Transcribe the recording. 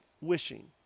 wishing